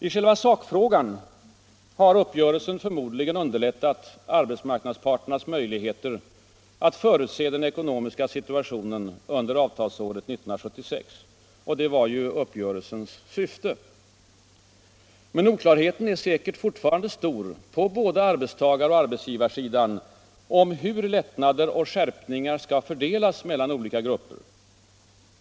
I själva sakfrågan har uppgörelsen förmodligen underlättat arbetsmarknadsparternas möjligheter att förutse den ekonomiska situationen under avtalsåret 1976. Detta var ju uppgörelsens syfte. Men oklarheten är säkerligen fortfarande stor både på arbetstagaroch på arbetsgivarsidan om hur lättnader och skärpningar skall fördelas mellan olika grupper.